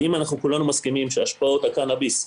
אם כולנו מסכימים שהשפעות הקנאביס,